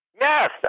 Yes